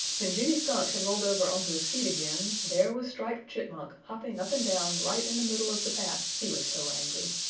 when jimmy skunk had rolled over onto his feet again there was striped chipmunk hopping up and down right in the middle of the path, he was so angry.